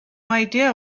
idea